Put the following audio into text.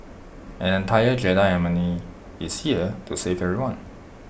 an entire Jedi is here to save everyone